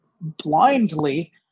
blindly